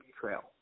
trail